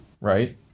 Right